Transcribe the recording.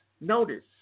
notice